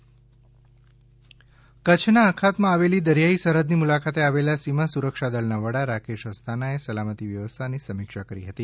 F વડાની કચ્છ મુલાકાત કચ્છના અખાતમાં આવેલી દરિયાઈ સરહદની મુલાકાતે આવેલા સીમા સુરક્ષા દળના વડા રાકેશ અસ્થાનાએ સલામતી વ્યવસ્થાની સમિક્ષા કરી હતી